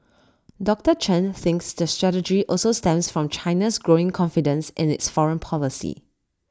doctor Chen thinks the strategy also stems from China's growing confidence in its foreign policy